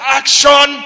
action